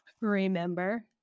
remember